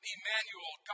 Emmanuel